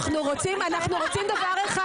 אנחנו רוצים דבר אחד.